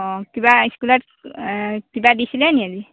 অ কিবা স্কুলত কিবা দিছিলেনি আজি